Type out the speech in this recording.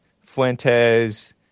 Fuentes